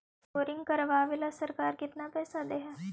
Boring करबाबे ल सरकार केतना पैसा दे है?